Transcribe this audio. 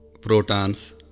protons